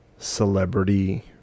celebrity